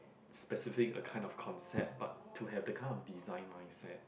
specific a kind of concept but to have that kind of design mindset